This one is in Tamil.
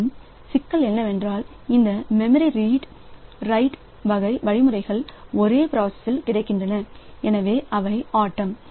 மேலும் சிக்கல் என்னவென்றால் இந்த மெமரி ரீட் மெமரி ரைட் வகை வழிமுறைகள் ஒரே பிராஸ்ஸில் கிடைக்கின்றன எனவே அவை ஆட்டம்